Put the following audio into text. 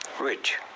rich